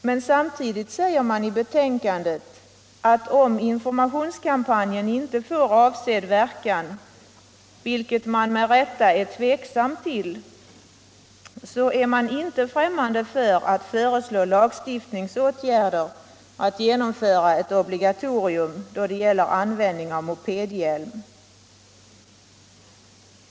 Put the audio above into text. Men samtidigt säger man i betänkandet att om informationskampanjen inte får avsedd verkan, vilket man med rätta tvivlar på, är man inte främmande för att föreslå lagstiftningsåtgärder för att genomföra ett obligatorium då det gäller användning av mopedhjälm.